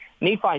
Nephi